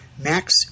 Max